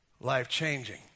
life-changing